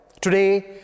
Today